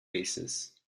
basis